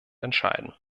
entscheiden